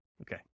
Okay